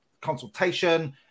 consultation